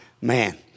man